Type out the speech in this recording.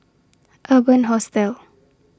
Urban Hostel